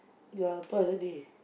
ya twice a day